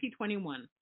2021